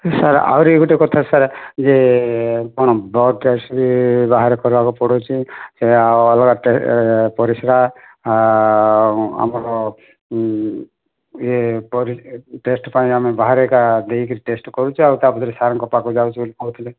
sir ଆହୁରି ଗୋଟେ କଥା ସାର୍ ଯେ କ'ଣ ବ୍ଲଡ଼୍ ଟେଷ୍ଟ୍ ବି ବାହାରେ କରିବାକୁ ପଡ଼ୁଛି ସେଇଟା ଅଲଗା ପରିସ୍ରା ଆଉ ଆମର ଇଏ ଟେଷ୍ଟ୍ ପାଇଁ ଆମେ ବାହାରେ ଏକା ଦେଇକି ଟେଷ୍ଟ୍ କରୁଛେ ଆଉ ତା'ପରେ ସାର୍ଙ୍କ ପାଖକୁ ଯାଉଛୁ ବୋଲି କହୁଥିଲେ